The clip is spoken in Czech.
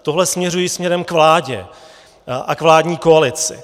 Tohle směřuji směrem k vládě a k vládní koalici.